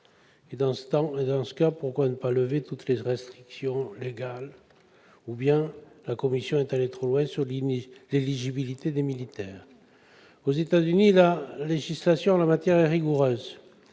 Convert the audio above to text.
dans ce cas, pourquoi ne pas lever toutes les restrictions légales ?-, ou bien la commission est allée trop loin sur l'éligibilité des militaires. Aux États-Unis, la législation en la matière est rigoureuse